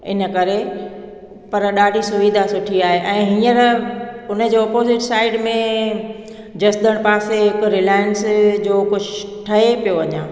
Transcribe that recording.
इन करे पर ॾाढी सुविधा सुठी आहे ऐं हींअर उन जो ऑपोज़िट साइड में जसदण पासे हिकु रिलायंस जो कुझु ठहे पियो अञा